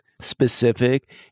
specific